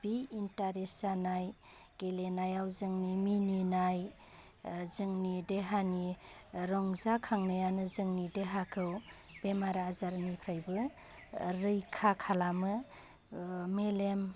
बे इन्टारेस जानाय गेलेनायाव जोंनि मिनिनाय जोंनि देहानि रंजाखांनायानो जोंनि देहाखौ बेमार आजारनिफ्राइबो रैखा खालामो मेलेम